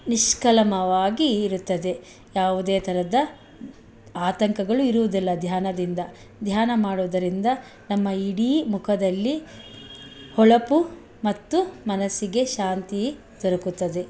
ನಿಷ್ಕಲ್ಮಶವಾಗಿ ಇರುತ್ತದೆ ಯಾವುದೇ ಥರದ ಆತಂಕಗಳು ಇರುವುದಿಲ್ಲ ಧ್ಯಾನದಿಂದ ಧ್ಯಾನ ಮಾಡುವುದರಿಂದ ನಮ್ಮ ಇಡೀ ಮುಖದಲ್ಲಿ ಹೊಳಪು ಮತ್ತು ಮನಸ್ಸಿಗೆ ಶಾಂತಿ ದೊರಕುತ್ತದೆ